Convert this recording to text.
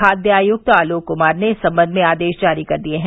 खाद्य आयुक्त आलोक कुमार ने इस समंध में आदेश जारी कर दिये है